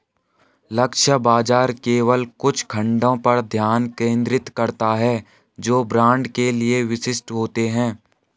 लक्ष्य बाजार केवल कुछ खंडों पर ध्यान केंद्रित करता है जो ब्रांड के लिए विशिष्ट होते हैं